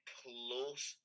close